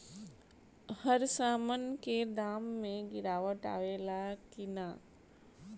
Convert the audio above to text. हर सामन के दाम मे गीरावट आवेला कि न?